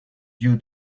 due